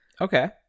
okay